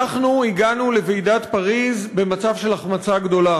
אנחנו הגענו לוועידת פריז במצב של החמצה גדולה,